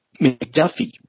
McDuffie